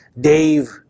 Dave